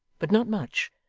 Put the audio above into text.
but not much,